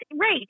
Right